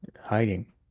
hiding